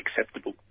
acceptable